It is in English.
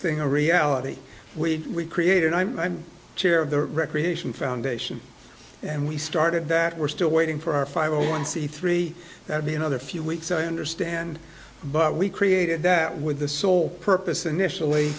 thing a reality we created i'm chair of the recreation foundation and we started that we're still waiting for our five zero one c three that be another few weeks i understand but we created that with the sole purpose initially